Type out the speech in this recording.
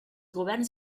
governs